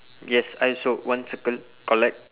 yes I saw one circle correct